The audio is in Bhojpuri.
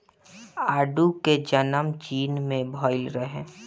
आडू के जनम चीन में भइल रहे